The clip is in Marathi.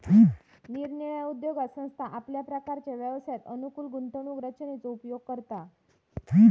निरनिराळ्या उद्योगात संस्था आपल्या प्रकारच्या व्यवसायास अनुकूल गुंतवणूक रचनेचो उपयोग करता